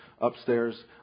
upstairs